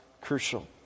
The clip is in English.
crucial